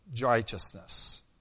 righteousness